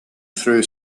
through